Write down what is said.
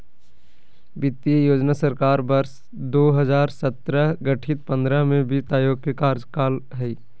वित्त योजना सरकार वर्ष दो हजार सत्रह गठित पंद्रह में वित्त आयोग के कार्यकाल हइ